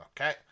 Okay